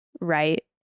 Right